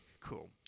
Cool